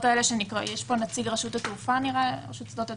האלה יש פה נציג של רשות שדות התעופה?